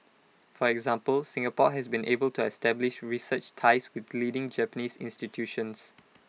for example Singapore has been able to establish research ties with leading Japanese institutions